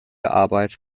arbeit